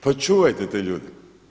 Pa čuvajte te ljude!